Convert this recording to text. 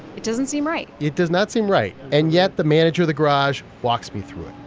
it doesn't seem right it does not seem right. and yet, the manager of the garage walks me through it.